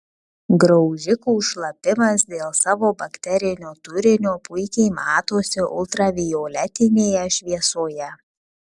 graužikų šlapimas dėl savo bakterinio turinio puikiai matosi ultravioletinėje šviesoje